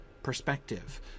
perspective